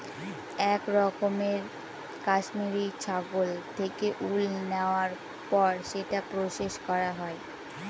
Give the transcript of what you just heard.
এক রকমের কাশ্মিরী ছাগল থেকে উল নেওয়ার পর সেটা প্রসেস করা হয়